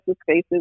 spaces